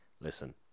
listen